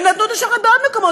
הן נתנו את השוחד בעוד מקומות.